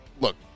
look